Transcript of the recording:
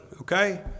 Okay